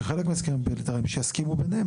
חלק מההסכמים הבילטרליים שיסכימו ביניהם,